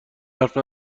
حرف